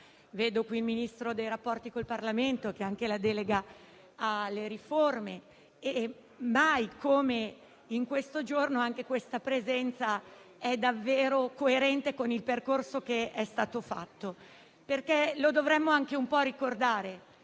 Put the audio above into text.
Vedo il Ministro dei rapporti con il Parlamento, che ha anche la delega alle riforme, e mai, come in questo giorno, la sua presenza è davvero coerente con il percorso che è stato fatto. Dovremmo infatti anche ricordare